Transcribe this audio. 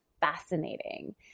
fascinating